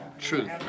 truth